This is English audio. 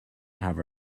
have